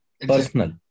personal